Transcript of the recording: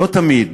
שלא תמיד,